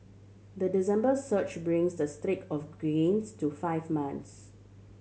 the December surge brings the streak of gains to five months